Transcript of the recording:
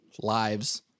lives